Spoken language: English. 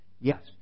Yes